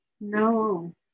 No